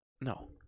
No